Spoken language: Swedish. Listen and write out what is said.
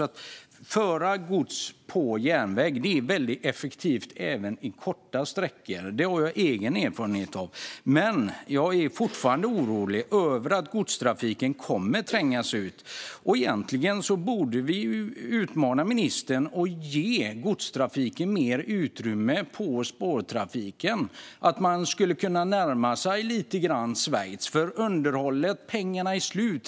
Att föra gods på järnväg är väldigt effektivt även på korta sträckor. Det har jag egen erfarenhet av. Men jag är fortfarande orolig över att godstrafiken kommer att trängas ut. Egentligen borde vi utmana ministern att ge godstrafiken mer utrymme i spårtrafiken - alltså att man skulle kunna närma sig lite hur det ser ut i Schweiz. Underhållspengarna är slut.